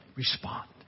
Respond